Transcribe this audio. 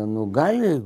nu gali